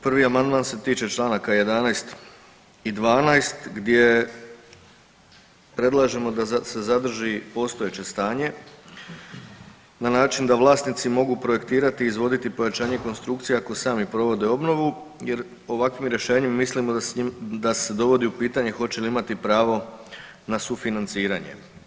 Prvi amandman se tiče čl. 11. i 12. gdje predlažemo da se zadrži postojeće stanje na način da vlasnici mogu projektirati i izvoditi pojačanje konstrukcije ako sami provode obnovu jer ovakvim rješenjem mislimo da se dovodi u pitanje hoće li imati pravo na sufinanciranje.